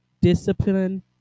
Discipline